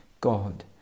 God